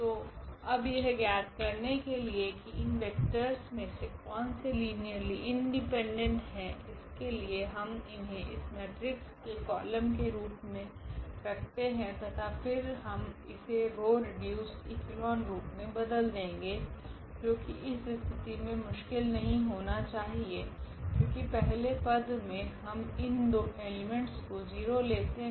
तो अब यह ज्ञात करने के लिए की इन वेक्टरस मे से कोनसे लीनियरली इंडिपेंडेंट है इसके लिए हम इन्हे इस मेट्रिक्स के कॉलम के रूप मे रखते है तथा फिर हम इसे रॉ रिड्यूसड इक्लोन रूप मे बदल देगे जो की इस स्थिति मे मुश्किल नहीं होना चाहिए क्योकि पहले पद मे हम इन दो एलीमेंट्स को 0 लेते है